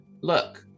Look